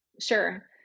Sure